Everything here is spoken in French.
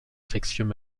infectieux